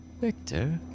Victor